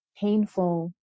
painful